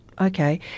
Okay